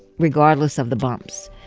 regardless of the bumps,